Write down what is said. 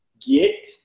get